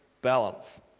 balance